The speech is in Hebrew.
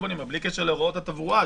בלי קשר להוראות התברואה,